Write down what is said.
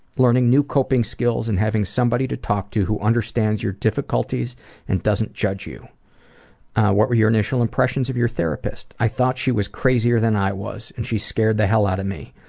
learning new coping skills and having somebody to talk to who understands your difficulties and doesn't judge you. what were your initial impressions of your therapist? i thought she was crazier than i was and she scared the hell out of me.